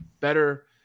better